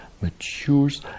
matures